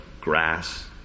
grass